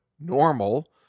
normal